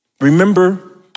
Remember